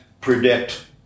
predict